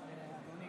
האם